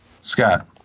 Scott